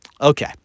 Okay